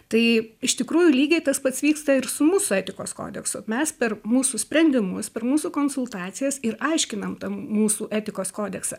tai iš tikrųjų lygiai tas pats vyksta ir su mūsų etikos kodeksu mes per mūsų sprendimus per mūsų konsultacijas ir aiškinam tą mūsų etikos kodeksą